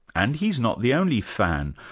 and he's not the only fan.